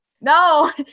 no